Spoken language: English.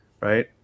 right